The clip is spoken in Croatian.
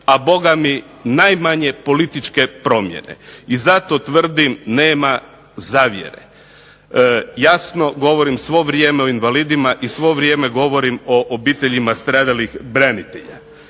a Boga mi najmanje političke promjene, i zato tvrdim nema zavjere. Jasno govorim svo vrijeme o invalidima, i svo vrijeme govorim o obiteljima stradalih branitelja.